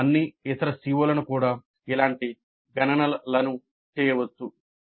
మేము అన్ని ఇతర CO లకు కూడా ఇలాంటి గణనలను చేయవచ్చు